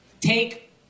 take